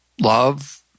love